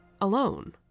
alone